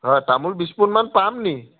হয় তামোল বিশ পোণমান পাম নেকি